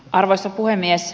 arvoisa puhemies